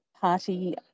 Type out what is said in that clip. Party